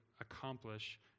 accomplish